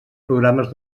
programes